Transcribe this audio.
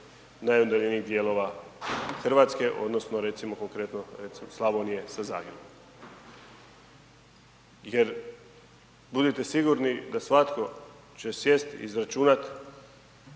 najudaljenijih dijelova Hrvatske odnosno recimo konkretno recimo Slavonije sa Zagrebom. Jer budite sigurni da svatko će sjest, izračunat